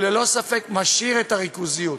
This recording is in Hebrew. הוא ללא ספק משאיר את הריכוזיות.